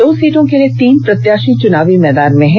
दो सीटों के लिए तीन प्रत्याशी चुनाव मैदान में हैं